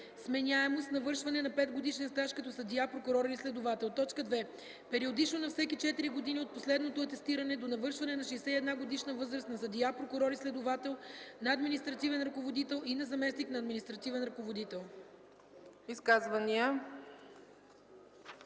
несменяемост – с навършване на петгодишен стаж като съдия, прокурор или следовател; 2. периодично – на всеки четири години от последното атестиране до навършване на 61-годишна възраст – на съдия, прокурор и следовател, на административен ръководител и на заместник на административен ръководител.”